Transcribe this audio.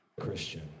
Christian